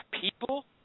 people